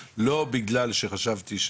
לא בגלל שחשבתי,